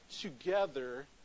together